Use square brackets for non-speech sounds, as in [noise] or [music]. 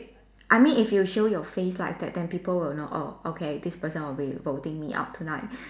I mean if you show your face lah then then people will know oh okay this person will be voting me out tonight [breath]